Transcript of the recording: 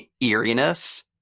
eeriness